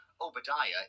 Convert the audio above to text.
Obadiah